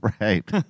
right